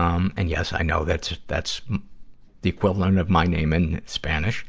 um and, yes, i know that's that's the equivalent of my name in spanish